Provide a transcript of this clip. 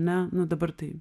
ne nu dabar tai